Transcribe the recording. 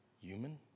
human